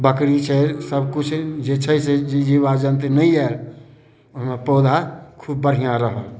बकरी शेर सभकिछु जे छै से जीवजन्तु नहि आयत ओइमे पौधा खूब बढ़िआँ रहत